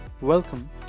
Welcome